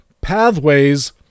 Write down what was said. pathways